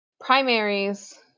primaries